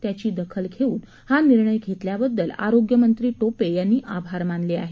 त्याची दखल घेऊन हा निर्णय घेतल्याबद्दल आरोग्यमंत्री टोपे यांनी आभार मानले आहेत